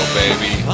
baby